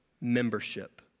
membership